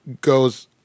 goes